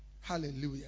hallelujah